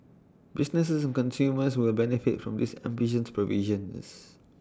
business and consumers will benefit from its ambitious provisions